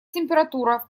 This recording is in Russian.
температура